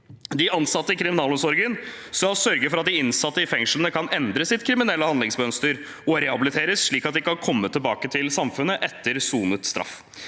De ansatte i kriminalomsorgen skal sørge for at de innsatte i fengslene kan endre sitt kriminelle handlingsmønster og rehabiliteres, slik at de kan komme tilbake til samfunnet etter sonet straff.